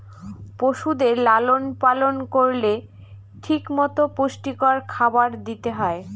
পশুদের লালন পালন করলে ঠিক মতো পুষ্টিকর খাবার দিতে হয়